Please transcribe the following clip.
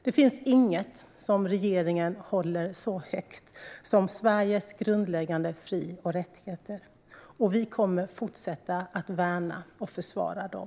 Det finns inget som regeringen håller så högt som Sveriges grundläggande fri och rättigheter, och vi kommer att fortsätta att värna och försvara dem.